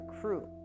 crew